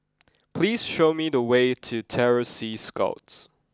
please show me the way to Terror Sea Scouts